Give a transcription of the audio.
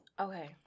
Okay